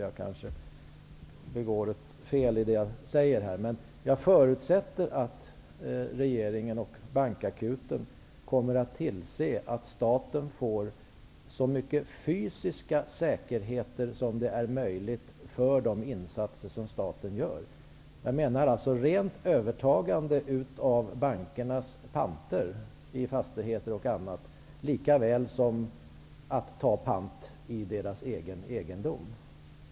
Jag kanske begår fel i det jag säger, men jag förutsätter att regeringen och bankakuten kommer att se till att staten får så många fysiska säkerheter som det är möjligt för de insatser som staten gör. Jag menar alltså rent övertagande av bankernas panter i fastigheter och annat, lika väl som att ta pant i deras egen egendom.